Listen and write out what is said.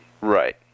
Right